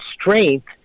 strength